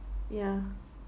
ya